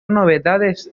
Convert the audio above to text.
novedades